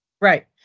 Right